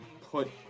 put